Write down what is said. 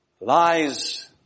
lies